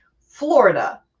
florida